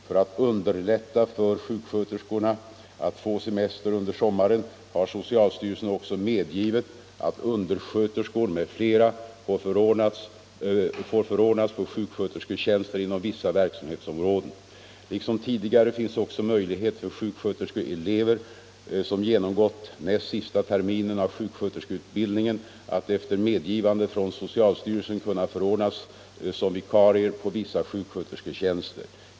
För att underlätta för sjuk sköterskorna att få semester under sommaren har socialstyrelsen också inom vissa verksamhetsområden. Liksom tidigare finns också möjlighet terskeutbildningen att efter medgivande från socialstyrelsen kunna för ordnas såsom vikarier på vissa sjukskötersketjänster.